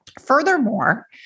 Furthermore